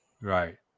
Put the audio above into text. Right